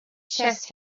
chest